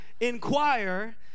inquire